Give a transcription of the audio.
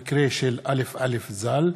המקרה של א"א ז"ל.